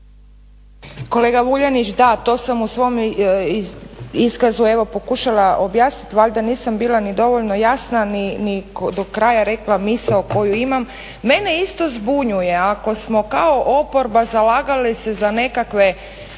Kolega Vuljanić da, to sam u svome iskazu evo pokušala objasniti. Valjda nisam bila ni dovoljno jasna, ni do kraja rekla misao koju imam. Mene isto zbunjuje ako smo kao oporba zalagali se za nekakve,